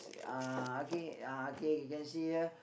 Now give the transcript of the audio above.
uh okay(uh) okay you can see here